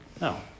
No